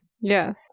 Yes